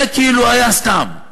זה כאילו היה סתם.